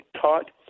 taught